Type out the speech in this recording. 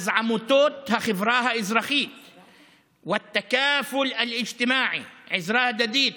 אז עמותות החברה האזרחית (אומר בערבית: והערבות החברתית,) עזרה הדדית,